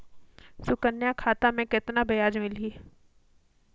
सुकन्या खाता मे कतना ब्याज मिलही?